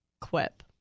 Quip